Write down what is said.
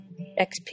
XP